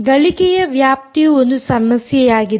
ಗಳಿಕೆಯ ವ್ಯಾಪ್ತಿಯು ಒಂದು ಸಮಸ್ಯೆಯಾಗಿದೆ